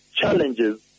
challenges